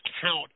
count